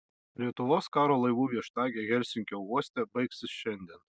lietuvos karo laivų viešnagė helsinkio uoste baigsis šiandien